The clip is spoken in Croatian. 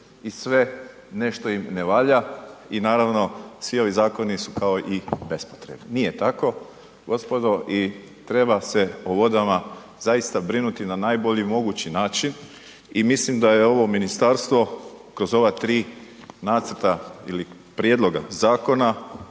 i sve nešto im ne valja i naravno svi ovi zakoni su kao i bespotrebni. Nije tako gospodo i treba se o vodama zaista brinuti na najbolji mogući način i mislim da je ovo ministarstvo kroz ova tri nacrta ili prijedloga zakona